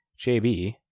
JB